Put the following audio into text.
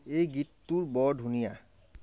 এই গীতটো বৰ ধুনীয়া